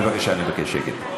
בבקשה, אני מבקש שקט.